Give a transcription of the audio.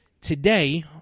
Today